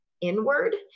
inward